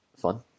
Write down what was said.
fun